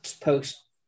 post